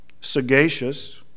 sagacious